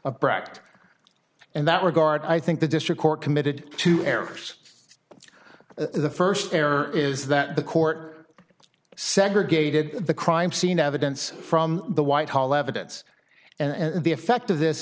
brecht in that regard i think the district court committed to air force the first error is that the court segregated the crime scene evidence from the white hall evidence and the effect of this